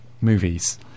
movies